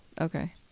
Okay